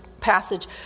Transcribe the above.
passage